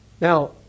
Now